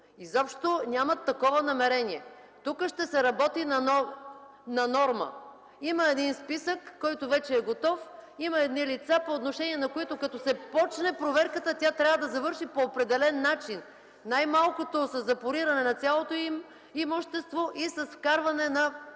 Изобщо нямат такова намерение! Тук ще се работи на норма. Има списък, който вече е готов, има лица, по отношение на които когато започне проверката, тя трябва да завърши по определен начин – най-малкото със запориране на цялото им имущество и с вкарване на преписката